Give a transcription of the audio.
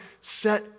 set